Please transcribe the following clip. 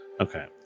Okay